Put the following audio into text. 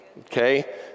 Okay